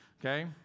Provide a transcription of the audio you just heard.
Okay